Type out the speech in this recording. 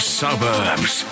suburbs